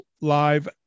live